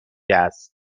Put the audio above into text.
است